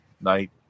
night